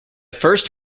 first